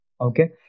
Okay